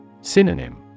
Synonym